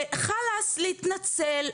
וחאלס להתנצל.